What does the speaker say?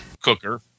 cooker